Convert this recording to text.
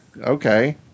Okay